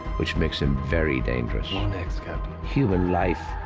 which makes him very dangerous. you're next captain. human life,